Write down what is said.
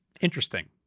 interesting